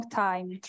time